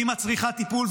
והיא מצריכה טיפול,